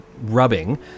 rubbing